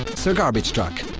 sir garbagetruck.